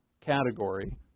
category